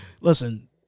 listen-